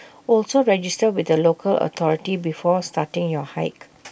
also register with the local authority before starting your hike